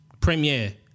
Premiere